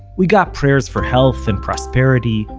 we got prayers for health and prosperity,